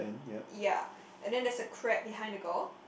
ya and then there's a crab behind the girl